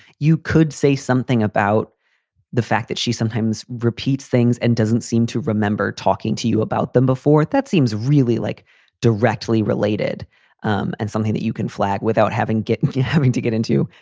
you could say something about the fact that she sometimes repeats things and doesn't seem to remember talking to you about them before. that seems really like directly related um and something that you can flag without having getting having to get into.